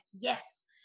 yes